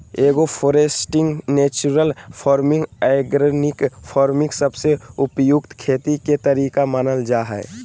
agro foresting, natural farming, organic farming सबसे उपयुक्त खेती के तरीका मानल जा हय